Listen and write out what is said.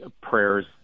prayers